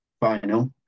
final